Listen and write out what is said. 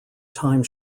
time